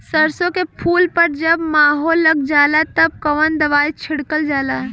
सरसो के फूल पर जब माहो लग जाला तब कवन दवाई छिड़कल जाला?